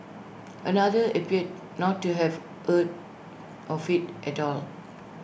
another appeared not to have heard of IT at all